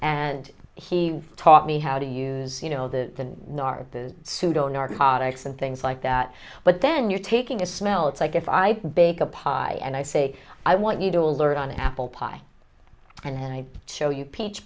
and he taught me how to use you know the pseudo narcotics and things like that but then you're taking a smell it's like if i bake a pie and i say i want you to alert on the apple pie and i show you p